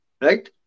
right